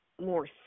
more